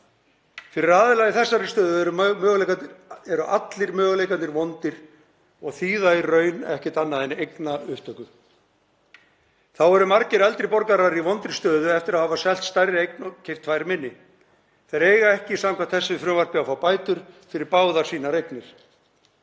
Fyrir aðila í þessari stöðu eru allir möguleikarnir vondir og þýða í raun ekkert annað en eignaupptöku. Þá eru margir eldri borgarar í vondri stöðu eftir að hafa selt stærri eign og keypt tvær minni. Þeir eiga ekki samkvæmt þessu frumvarpi að fá bætur fyrir báðar sínar eignir.